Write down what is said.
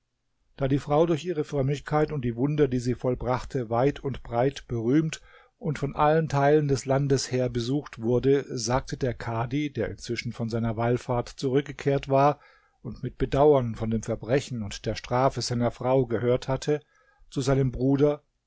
da die frau durch ihre frömmigkeit und die wunder die sie vollbrachte weit und breit berühmt und von allen teilen des landes her besucht wurde sagte der kadhi der inzwischen von seiner wallfahrt zurückgekehrt war und mit bedauern von dem verbrechen und der strafe seiner frau gehört hatte zu seinem bruder